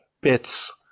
bits